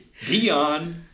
Dion